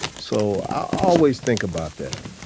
so, i always think about that.